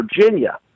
Virginia